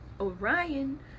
orion